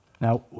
Now